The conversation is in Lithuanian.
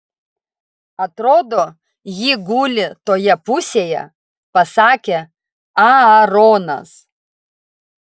atrodo ji guli toje pusėje pasakė aaronas